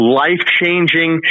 life-changing